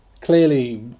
clearly